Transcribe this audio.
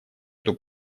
эту